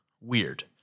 weird